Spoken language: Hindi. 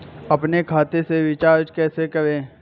अपने खाते से रिचार्ज कैसे करें?